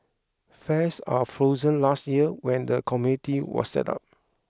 fares are frozen last year when the committee was set up